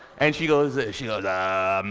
and she goes she goes ah,